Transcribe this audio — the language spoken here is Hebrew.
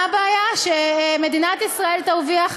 מה הבעיה שמדינת ישראל תרוויח?